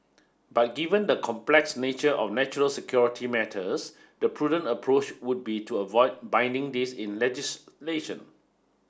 but given the complex nature of natural security matters the prudent approach would be to avoid binding this in legislation